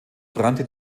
brannte